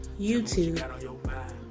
YouTube